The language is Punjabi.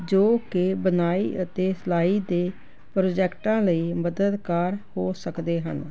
ਜੋ ਕਿ ਬੁਣਾਈ ਅਤੇ ਸਿਲਾਈ ਦੇ ਪ੍ਰੋਜੈਕਟਾਂ ਲਈ ਮਦਦਗਾਰ ਹੋ ਸਕਦੇ ਹਨ